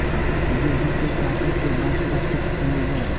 गेहूँ के काटे के बाद सुरक्षित कायल जाय?